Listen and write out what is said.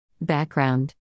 Background